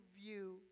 view